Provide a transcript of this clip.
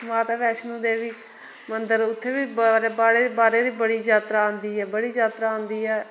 माता वैष्णो देवी मंदर उत्थै बी बड़े बाहरे दी बाहरे दी बड़़ी जात्तरा आंदी ऐ बड़ी जात्तरा आंदी ऐ